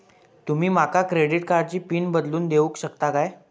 तुमी माका क्रेडिट कार्डची पिन बदलून देऊक शकता काय?